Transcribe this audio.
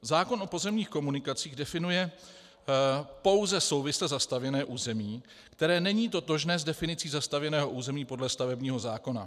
Zákon o pozemních komunikacích definuje pouze souvisle zastavěné území, které není totožné s definicí zastavěného území podle stavebního zákona.